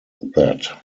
that